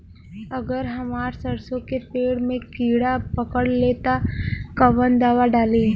अगर हमार सरसो के पेड़ में किड़ा पकड़ ले ता तऽ कवन दावा डालि?